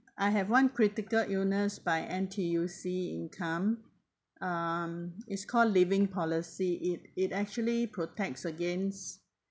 I have one critical illness by N_T_U_C income um is call living policy it it actually protects against